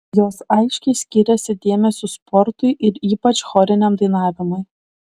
jos aiškiai skyrėsi dėmesiu sportui ir ypač choriniam dainavimui